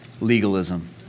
Legalism